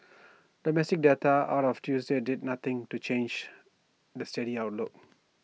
domestic data out of Tuesday did nothing to change the steady outlook